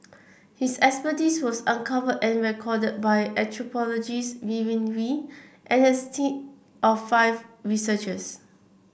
his expertise was uncovered and recorded by anthropologist Vivienne Wee and his team of five researchers